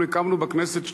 אנחנו הקמנו בכנסת שדולה,